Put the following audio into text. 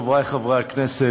חברי חברי הכנסת,